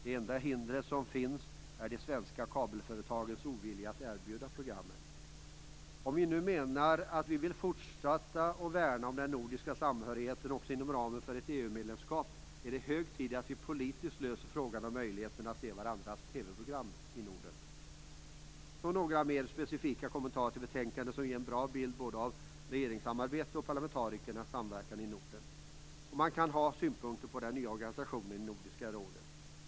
Det enda hindret är de svenska kabelföretagens ovilja att erbjuda programmen. Om vi nu menar att vi fortsatt vill värna om den nordiska samhörigheten också inom ramen för EU-medlemskapet är det hög tid att vi politiskt löser frågan om vilka möjligheter som finns för de nordiska länderna att se varandras TV Sedan några mera specifika kommentarer till betänkandet, som ger en bra bild av både regeringssamarbet och parlamentarikernas samverkan i Norden. Man kan ha synpunkter på den nya organisationen i Nordiska rådet.